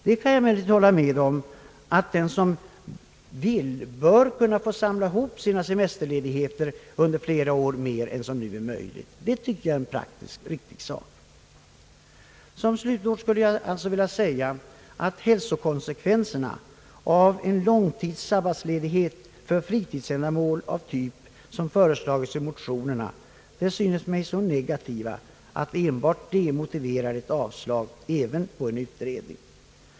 Det kan jag emellertid hålla med om, att den som vill bör kunna få samla ihop sina semesterledigheter under flera år mer än som nu är möjligt. Det tycker jag är en praktiskt riktig sak. Som slutord skulle jag alltså vilja säga att hälsokonsekvenserna av en långtidssabbatsledighet för fritidsändamål av typ, som föreslagits i motionerna, synes mig så negativa att enbart de motiverar avslag, även på en utredning.